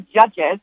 judges